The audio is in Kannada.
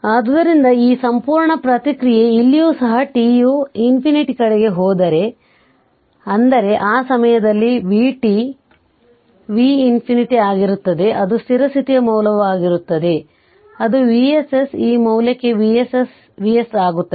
ಆದ್ದರಿಂದ ಈ ಸಂಪೂರ್ಣ ಪ್ರತಿಕ್ರಿಯೆ ಇಲ್ಲಿಯೂ ಸಹ t ಯು ∞ ಕಡೆಗೆ ಹೋದರೆ ಅಂದರೆ ಆ ಸಮಯದಲ್ಲಿ vt V ∞ ಆಗಿರುತ್ತದೆ ಅದು ಸ್ಥಿರ ಸ್ಥಿತಿಯ ಮೌಲ್ಯವಾಗಿರುತ್ತದೆ ಅದು Vss ಈ ಮೌಲ್ಯಕ್ಕೆ Vs ಆಗುತ್ತದೆ